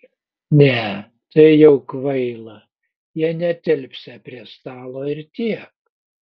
ne tai jau kvaila jie netilpsią prie stalo ir tiek